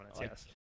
yes